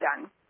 done